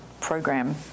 program